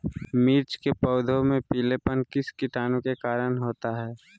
मिर्च के पौधे में पिलेपन किस कीटाणु के कारण होता है?